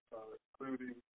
including